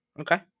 Okay